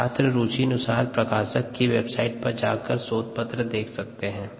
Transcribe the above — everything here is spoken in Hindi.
छात्र रुचि अनुसार प्रकाशक की वेबसाइट पर जाकर शोध पत्र देख सकते है